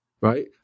right